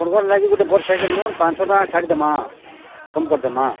ଆପଣଙ୍କର୍ ଲାଗି ଗୁଟେ ବଡ଼୍ ସାଇକେଲ୍ ନେଉନ୍ ପାଞ୍ଚ୍ ଛଅ ଶହ ଟଙ୍କା ଛାଡ଼୍ ଦେମା କମ୍ କରିଦେମା